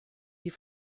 die